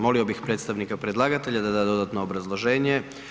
Molio bih predstavnika predlagatelja da da dodatno obrazloženje.